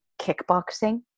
kickboxing